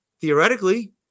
theoretically